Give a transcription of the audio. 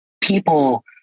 people